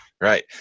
right